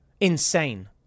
Insane